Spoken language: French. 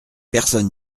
personne